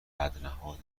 بدنهاد